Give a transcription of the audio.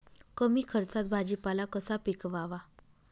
कमी खर्चात भाजीपाला कसा पिकवावा?